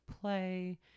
play